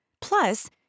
Plus